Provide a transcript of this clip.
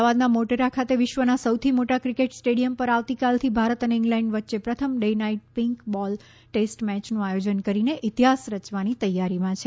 અમદાવાદના મોટેરા ખાતે વિશ્વના સૌથી મોટા ક્રિકેટ સ્ટેડિયમ પર આવતીકાલથી ભારત અને ઇંગ્લેન્ડ વચ્ચે પ્રથમ day night pink ball test મેયનું આયોજન કરીને ઇતિહાસ રચવાની તૈયારીમાં છે